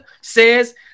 says